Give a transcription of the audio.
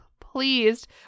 pleased